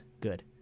Good